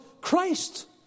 Christ